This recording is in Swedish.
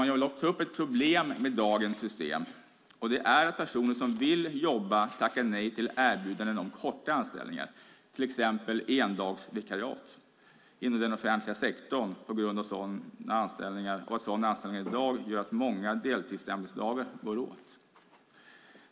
Jag vill ta upp ett problem med dagens system, och det är personer som vill jobba men tackar nej till erbjudanden om korta anställningar, till exempel endagsvikariat, inom den offentliga sektorn på grund av att sådana anställningar i dag gör att många deltidsstämplingsdagar går åt.